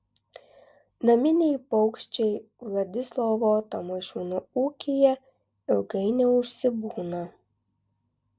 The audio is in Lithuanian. naminiai paukščiai vladislovo tamošiūno ūkyje ilgai neužsibūna